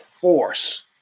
force